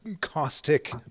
caustic